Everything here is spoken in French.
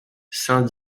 saint